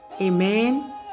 Amen